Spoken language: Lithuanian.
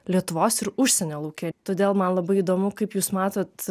lietuvos ir užsienio lauke todėl man labai įdomu kaip jūs matot